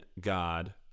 God